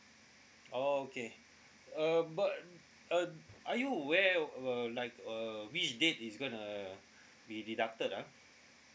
oh okay err but err are you aware of err like err which date is gonna be deducted ah